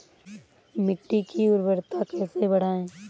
मिट्टी की उर्वरता कैसे बढ़ाएँ?